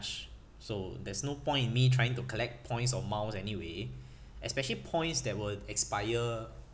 so there's no point in me trying to collect points or miles anyway especially points that would expire